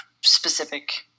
specific